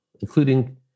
including